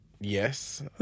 Yes